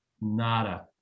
nada